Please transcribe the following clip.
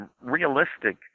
realistic